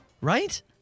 right